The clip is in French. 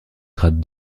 grade